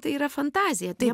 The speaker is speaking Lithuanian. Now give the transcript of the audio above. tai yra fantazija tai